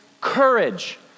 courage